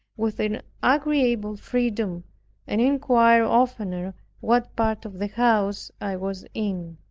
with an agreeable freedom and inquired oftener what part of the house i was in.